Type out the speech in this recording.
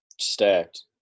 Stacked